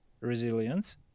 resilience